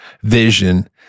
vision